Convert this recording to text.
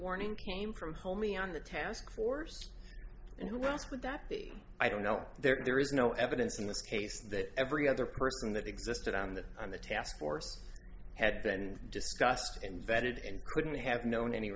warning came from homie on the task force and who else would that be i don't know there is no evidence in this case that every other person that existed on the on the task force had been discussed and vetted and couldn't have known any